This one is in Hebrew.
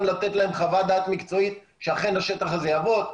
לתת להם חוות דעת מקצועית שאכן השטח הזה יעבוד.